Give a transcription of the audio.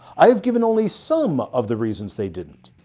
i have given only some of the reasons they didn't.